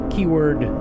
Keyword